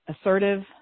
assertive